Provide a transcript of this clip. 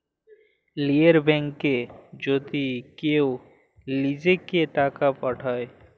লীযের ব্যাংকে যদি কেউ লিজেঁকে টাকা পাঠায়